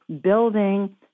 building